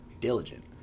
diligent